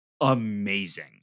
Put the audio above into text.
amazing